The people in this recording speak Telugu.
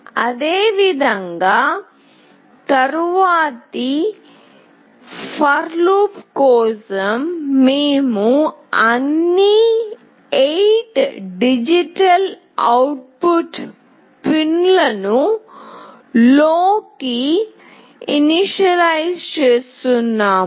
అదేవిధంగా తరువాతి ఫర్ లూప్ కోసం మేము అన్ని 8 డిజిటల్ అవుట్పుట్ పిన్లను తక్కువకు చేస్తున్నాము